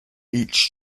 each